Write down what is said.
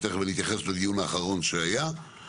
ומיד אתייחס לדיון האחרון שהיה.